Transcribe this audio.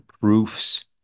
Proofs